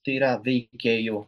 tai yra veikėjų